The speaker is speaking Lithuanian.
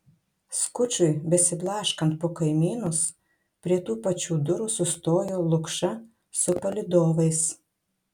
skučui besiblaškant po kaimynus prie tų pačių durų sustojo lukša su palydovais